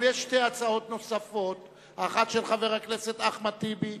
אבל יש שתי הצעות נוספות: האחת של חבר הכנסת אחמד טיבי,